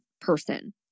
person